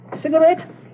Cigarette